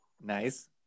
Nice